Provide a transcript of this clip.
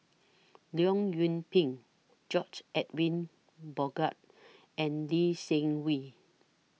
Leong Yoon Pin George Edwin Bogaars and Lee Seng Wee